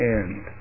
end